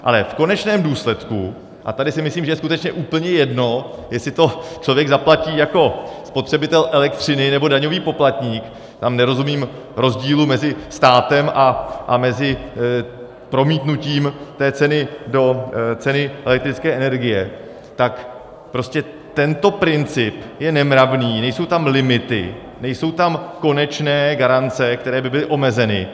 Ale v konečném důsledku a tady si myslím, že je skutečně úplně jedno, jestli to člověk zaplatí jako spotřebitel elektřiny, nebo daňový poplatník, tam nerozumím rozdílu mezi státem a mezi promítnutím té ceny do ceny elektrické energie, tak prostě tento princip je nemravný, nejsou tam limity, nejsou tam konečné garance, které by byly omezeny.